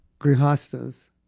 Grihastas